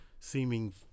Seeming